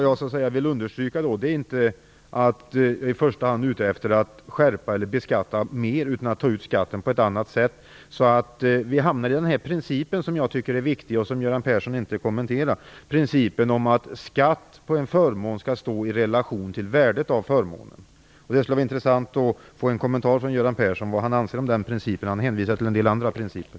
Jag vill understryka att jag inte i första hand är ute efter att skärpa eller beskatta, utan att ta ut skatten på ett annat sätt. Vi bör tillämpa principen - som jag tycker är viktig, men som Göran Persson inte kommenterade - om att skatt på en förmån skall stå i relation till värdet av förmånen. Det skall bli intressant att få en kommentar från Göran Persson om vad han anser om den principen. Han hänvisar till en del andra principer.